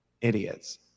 idiots